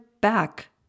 back